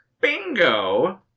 Bingo